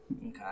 Okay